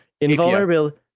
Invulnerability